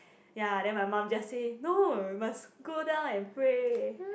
ya then my mum just say no must go down and pray